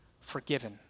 forgiven